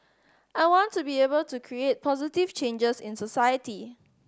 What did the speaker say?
I want to be able to create positive changes in society